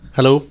Hello